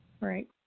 right